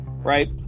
Right